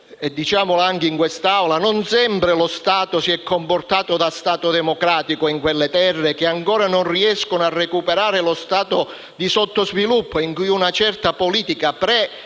e diciamolo anche in questa Aula - non sempre lo Stato si è comportato da Stato democratico, in quelle terre che ancora non riescono a recuperare la condizione di sottosviluppo in cui una certa politica di